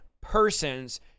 persons